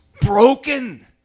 broken